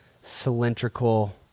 cylindrical